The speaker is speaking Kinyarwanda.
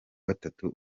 gatatu